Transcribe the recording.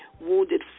wounded